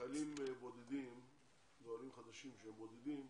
שחיילים ועולים חדשים שהם בודדים,